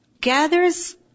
gathers